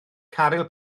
caryl